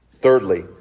Thirdly